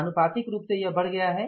आनुपातिक रूप से यह बढ़ गया है